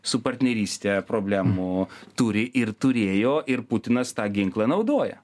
su partneryste problemų turi ir turėjo ir putinas tą ginklą naudoja